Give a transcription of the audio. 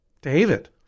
David